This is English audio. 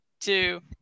two